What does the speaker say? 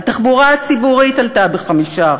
התחבורה הציבורית עלתה ב-5%,